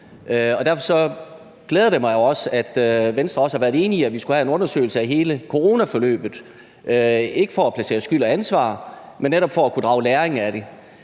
Derfor glæder det mig, at Venstre også har været enig i, at vi skulle have en undersøgelse af hele coronaforløbet, ikke for at placere skyld og ansvar, men netop for at kunne drage læring af det.